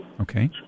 Okay